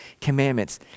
commandments